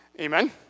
Amen